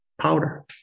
powder